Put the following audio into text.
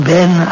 Ben